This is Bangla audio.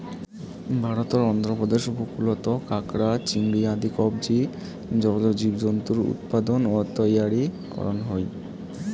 ভারতর অন্ধ্রপ্রদেশ উপকূলত কাকড়া, চিংড়ি আদি কবচী জলজ জীবজন্তুর উৎপাদন ও তৈয়ারী করন হই